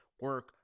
Work